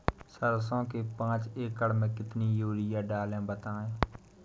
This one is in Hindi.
सरसो के पाँच एकड़ में कितनी यूरिया डालें बताएं?